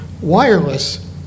wireless